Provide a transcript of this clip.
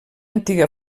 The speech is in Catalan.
antiga